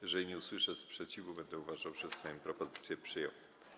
Jeżeli nie usłyszę sprzeciwu, będę uważał, że Sejm propozycje przyjął.